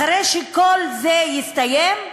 אחרי שכל זה יסתיים,